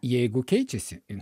jeigu keičiasi